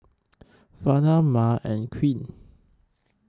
Vela Mya and Queen